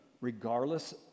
regardless